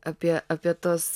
apie apie tuos